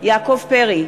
יעקב פרי,